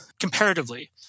comparatively